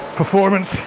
performance